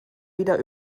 wieder